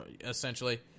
Essentially